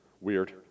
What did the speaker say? Weird